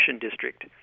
district